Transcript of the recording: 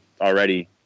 already